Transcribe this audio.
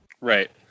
Right